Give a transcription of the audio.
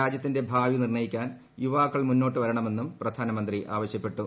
രാജ്യത്തിന്റെ ഭാവി നിർണയിക്കാൻ യുവാക്കൾ മുന്നോട്ടു വരണമെന്നും പ്രധാനമന്ത്രി ആവശ്യപ്പെട്ടു